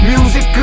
Music